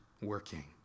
working